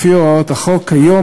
לפי הוראות החוק כיום,